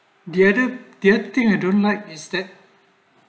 the other the other thing i don't like is that